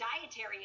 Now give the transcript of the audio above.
dietary